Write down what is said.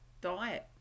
diet